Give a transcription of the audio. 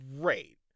great